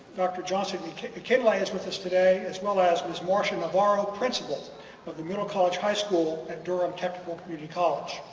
dr. johnson akinleye is with us today as well as was marsha navarro, principal of but the middle college high school at durham technical community college.